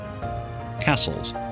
castles